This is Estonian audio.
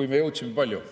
kui me jõudsime palju.